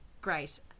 Grace